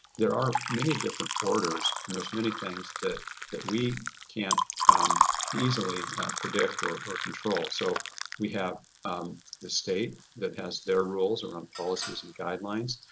there are many different quarters, and there's many things that that we can't easily predict or or control. so we have the state that has their rules around policies and guidelines.